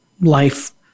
life